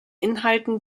inhalten